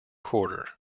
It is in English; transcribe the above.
quarter